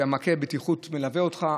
שמעקה הבטיחות מלווה אותך.